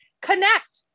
connect